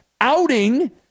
outing